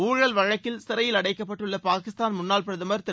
உழல் வழக்கில் சிறையில் அடைக்கப்பட்டுள்ள பாகிஸ்தான் முன்னாள் பிரதமர் திரு